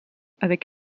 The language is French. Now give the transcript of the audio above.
avec